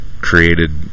created